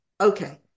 okay